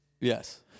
Yes